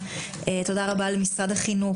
תודה רבה למשרד החינוך.